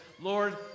Lord